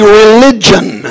religion